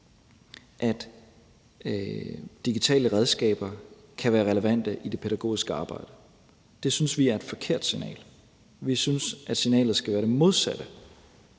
at digitale redskaber kan være relevante i det pædagogiske arbejde. Det synes vi er et forkert signal. Vi synes, at signalet skal være det modsatte,